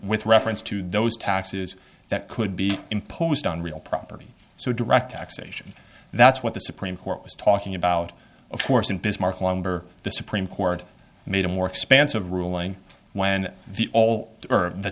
with reference to those taxes that could be imposed on real property so direct taxation that's what the supreme court was talking about of course in bismarck lumber the supreme court made a more expansive ruling when the